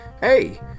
hey